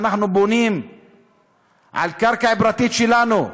אנחנו בונים על קרקע פרטית שלנו,